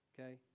okay